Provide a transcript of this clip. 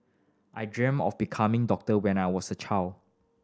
I dreamt of becoming doctor when I was a child